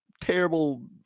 terrible